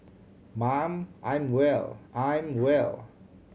mum I'm well I'm well